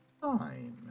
Fine